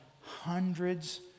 hundreds